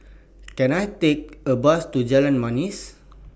Can I Take A Bus to Jalan Manis